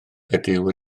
ydyw